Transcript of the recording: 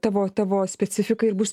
tavo tavo specifika ir bus